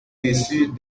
dessus